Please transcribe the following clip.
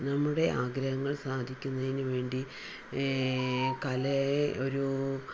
നമ്മുടെ ആഗ്രഹങ്ങൾ സാധിക്കുന്നതിന് വേണ്ടി കലയെ ഒരു